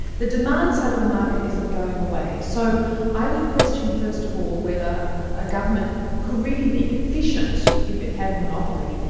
the demand side of the market isn't going away, so i would question first of all whether a government could really be efficient if it had a monopoly,